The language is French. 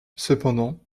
cependant